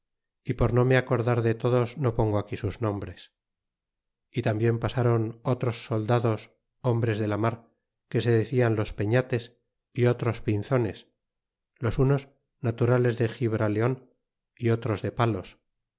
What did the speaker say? y por no me acordar de todos no pongo aquí sus nombres e tarnbien pasron otros soldados hombres de la mar que se decian los peñates y otros pinzones los unos naturales de gibraleon y otros de palos